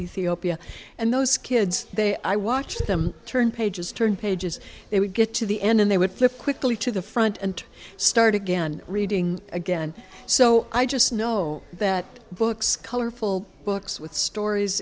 ethiopia and those kids they i watched them turn pages turn pages they would get to the end and they would flip quickly to the front and start again reading again so i just know that books colorful books with stories